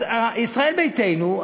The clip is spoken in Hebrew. אז ישראל ביתנו,